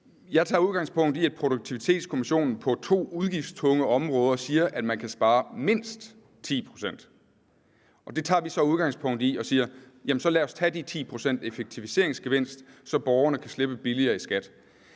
Jeg tager udgangspunkt i, at Produktivitetskommissionen på to udgiftstunge områder siger, at man kan spare mindst 10 pct., og det tager vi så udgangspunkt i. Vi siger: Så lad os tage de 10 pct. i effektiviseringsgevinst, så borgerne kan slippe billigere i skat.